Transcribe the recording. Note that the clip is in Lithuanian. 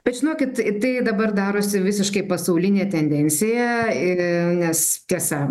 bet žinokit tai dabar darosi visiškai pasaulinė tendencija ir nes tiesa